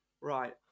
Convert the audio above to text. right